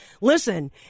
listen